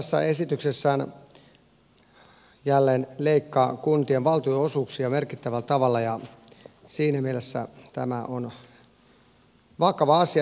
hallitus tässä esityksessään jälleen leikkaa kuntien valtionosuuksia merkittävällä tavalla ja siinä mielessä tämä on vakava asia